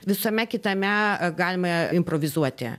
visame kitame galime improvizuoti